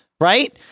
right